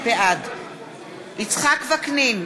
בעד יצחק וקנין,